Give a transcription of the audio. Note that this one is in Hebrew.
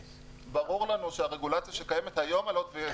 ברור לנו שהרגולציה שקיימת היום על הוט ויס